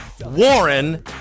Warren